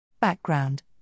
Background